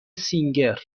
سینگر